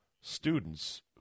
students